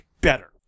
better